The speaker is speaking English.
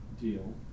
deal